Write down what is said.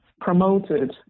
promoted